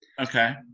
Okay